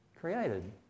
created